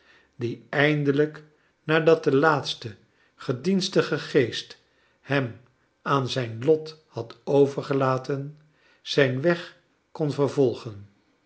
die eindelijk nadat de laatste gedienstige geest hem aan zijn lot had overgelaten zijn weg kon vervolgen